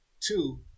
Two